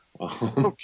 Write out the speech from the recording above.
Okay